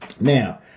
Now